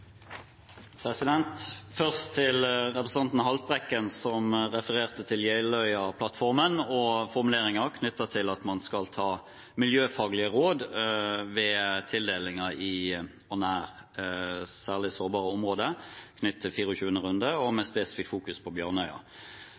Først til representanten Haltbrekken, som refererte til Jeløya-plattformen og formuleringer knyttet til at man i 24. konsesjonsrunde skal legge vekt på miljøfaglige råd ved tildelinger i og nær særlig sårbare områder,